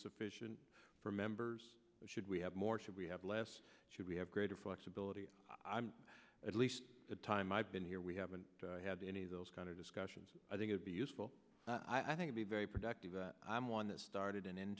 sufficient for members should we have more should we have less should we have greater flexibility i'm at least the time i've been here we haven't had any of those kind of discussions i think would be useful i think to be very productive i'm one that started in